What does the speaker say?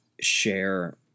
share